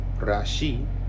rashi